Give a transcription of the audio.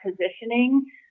positioning